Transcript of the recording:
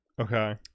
Okay